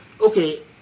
okay